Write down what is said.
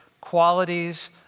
qualities